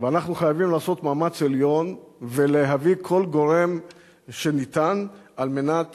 ואנחנו חייבים לעשות מאמץ עליון ולהביא כל גורם שניתן על מנת